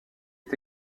est